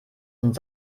und